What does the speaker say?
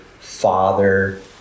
father